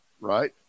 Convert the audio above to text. right